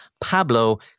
Pablo